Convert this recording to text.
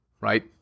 right